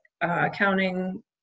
accounting